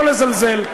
לא לזלזל,